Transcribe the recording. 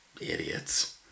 idiots